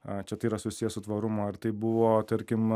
a čia tai yra susiję su tvarumu ar tai buvo tarkim